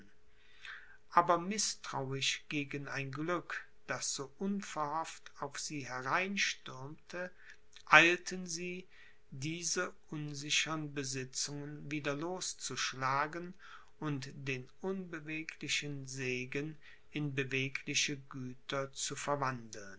aber mißtrauisch gegen ein glück das so unverhofft auf sie hereinstürmte eilten sie diese unsichern besitzungen wieder loszuschlagen und den unbeweglichen segen in bewegliche güter zu verwandeln